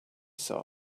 saw